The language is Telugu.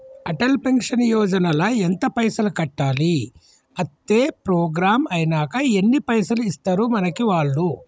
అటల్ పెన్షన్ యోజన ల ఎంత పైసల్ కట్టాలి? అత్తే ప్రోగ్రాం ఐనాక ఎన్ని పైసల్ ఇస్తరు మనకి వాళ్లు?